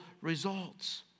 results